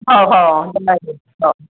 ହଉ ହଉ ହଉ ହଉ